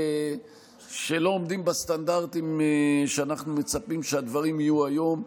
שלא עומדים בסטנדרטים שאנחנו מצפים שהדברים יהיו היום.